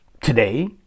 today